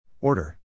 order